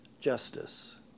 justice